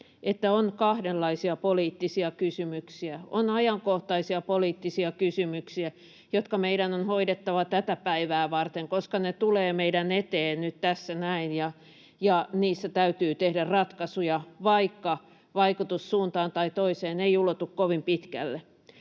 että on kahdenlaisia poliittisia kysymyksiä: On ajankohtaisia poliittisia kysymyksiä, jotka meidän on hoidettava tätä päivää varten, koska ne tulevat meidän eteemme nyt tässä näin, ja niissä täytyy tehdä ratkaisuja, vaikka vaikutus suuntaan tai toiseen ei ulotu kovin pitkälle.